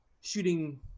shooting